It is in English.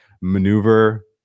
maneuver